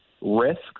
risks